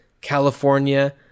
California